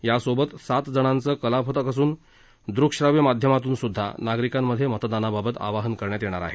यासोबत सात जणांचे कलापथक असून दृक श्राव्य माध्यमातूनस्ध्दा नागरिकांमध्ये मतदानाबाबत आवाहन करण्यात येणार आहे